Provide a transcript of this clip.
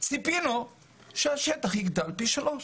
ציפינו שהשטח יגדל פי שלוש,